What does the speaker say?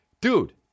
Dude